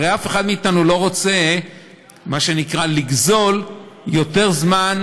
הרי אף אחד מאתנו לא רוצה לגזול יותר זמן,